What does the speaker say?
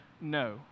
No